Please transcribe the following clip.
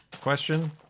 question